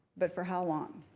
but for how long?